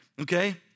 okay